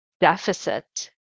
deficit